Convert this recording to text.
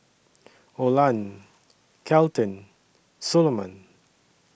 Oland Kelton Soloman